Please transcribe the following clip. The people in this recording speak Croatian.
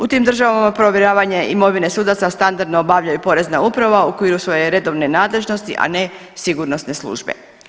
U tim državama provjeravanje imovine sudaca standardno obavlja porezna uprava u okviru svoje redovne nadležnosti, a ne sigurnosne službe.